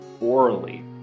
orally